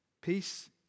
peace